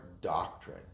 doctrine